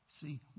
See